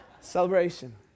Celebration